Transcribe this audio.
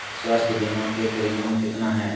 स्वास्थ बीमा के प्रिमियम कितना है?